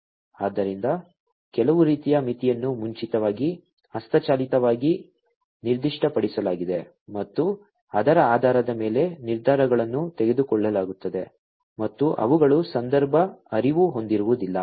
ಆದ್ದರಿಂದ ಕೆಲವು ರೀತಿಯ ಮಿತಿಯನ್ನು ಮುಂಚಿತವಾಗಿ ಹಸ್ತಚಾಲಿತವಾಗಿ ನಿರ್ದಿಷ್ಟಪಡಿಸಲಾಗಿದೆ ಮತ್ತು ಅದರ ಆಧಾರದ ಮೇಲೆ ನಿರ್ಧಾರಗಳನ್ನು ತೆಗೆದುಕೊಳ್ಳಲಾಗುತ್ತದೆ ಮತ್ತು ಅವುಗಳು ಸಂದರ್ಭ ಅರಿವು ಹೊಂದಿರುವುದಿಲ್ಲ